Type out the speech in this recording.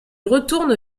retourne